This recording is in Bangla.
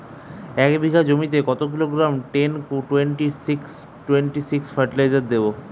এক বিঘা জমিতে কত kilogram ten twenty six twenty six fertiliser দেবো?